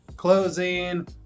Closing